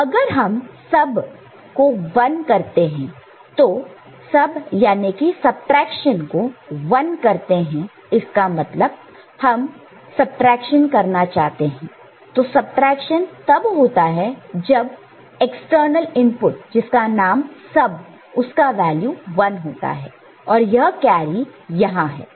अगर हम सब को 1 करते हैं तो इसका मतलब अब हम सबट्रैक्शन करना चाहते हैं तो सबट्रैक्शन तब होता है जब सब का वैल्यू 1 होता है और यह कैरी यहां है